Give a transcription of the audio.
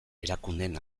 erakundeen